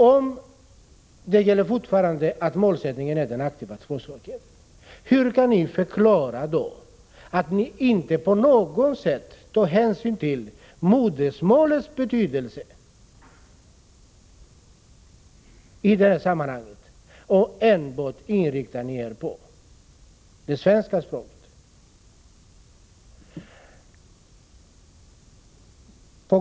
Om detta att målsättningen skall vara den aktiva tvåspråkigheten fortfarande gäller, hur kan ni då förklara att ni inte på något sätt tar hänsyn till modersmålets betydelse i detta sammanhang, utan enbart inriktar er på svenska språket?